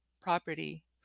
property